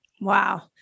Wow